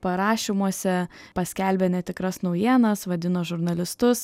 parašymuose paskelbė netikras naujienas vadino žurnalistus